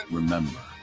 remember